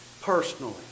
personally